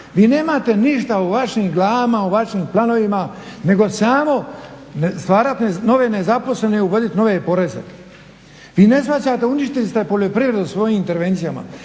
Vi nemate ništa u vašim glavama, u vašim planovima, nego samo stvarati nove nezaposlenost i uvodit nove poreze. Vi ne shvaćate uništili ste poljoprivredu svojim intervencijama,